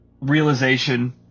realization